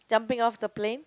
jumping off the plane